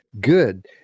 good